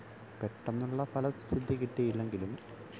പെട്ടെന്നുള്ള ഫല സിദ്ധി കിട്ടിയില്ലെങ്കിലും